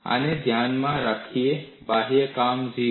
આને ધ્યાનમાં રાખીને બાહ્ય કામ 0 છે